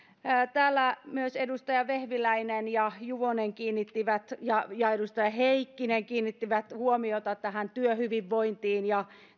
täällä edustajat vehviläinen ja juvonen ja ja edustaja heikkinen kiinnittivät huomiota tähän työhyvinvointiin ja